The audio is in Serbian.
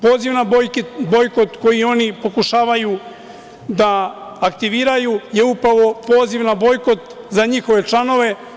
Poziv na bojkot koji oni pokušavaju da aktiviraju je upravo poziv na bojkot za njihove članove.